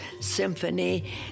symphony